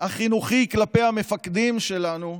כלפי המפקדים שלנו,